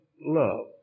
love